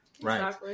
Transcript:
Right